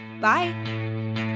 bye